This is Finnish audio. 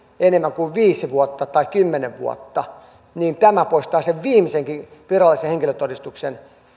enemmän kuin viisi vuotta tai kymmenen vuotta niin tämä poistaa kansalaisten käytöstä sen viimeisenkin virallisen henkilötodistuksen